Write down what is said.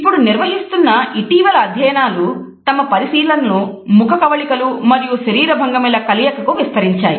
ఇప్పుడు నిర్వహిస్తున్న ఇటీవలి అధ్యయనాలు తమ పరిశీలనలను ముఖ కవళికలు మరియు శరీర భంగిమల కలయికకు విస్తరించాయి